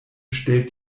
stellt